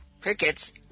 Crickets